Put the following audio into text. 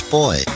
boy